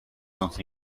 not